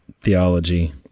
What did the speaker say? theology